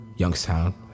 Youngstown